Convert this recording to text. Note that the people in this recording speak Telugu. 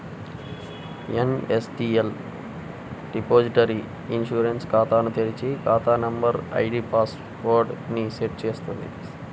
ఎన్.ఎస్.డి.ఎల్ రిపోజిటరీ ఇ ఇన్సూరెన్స్ ఖాతాను తెరిచి, ఖాతా నంబర్, ఐడీ పాస్ వర్డ్ ని సెట్ చేస్తుంది